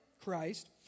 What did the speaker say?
Christ